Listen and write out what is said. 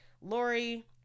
Lori